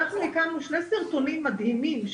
אנחנו פרסמנו שני סרטונים מדהימים,